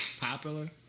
Popular